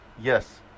Yes